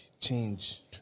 change